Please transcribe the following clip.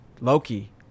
Loki